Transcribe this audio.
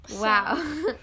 Wow